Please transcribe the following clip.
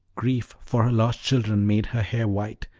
grief for her lost children made her hair white,